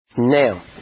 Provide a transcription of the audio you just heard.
Now